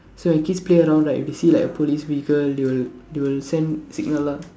so he keeps playing around right if he see like a police vehicle they will they will send signal lah